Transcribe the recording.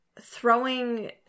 throwing